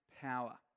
power